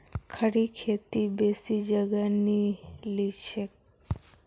खड़ी खेती बेसी जगह नी लिछेक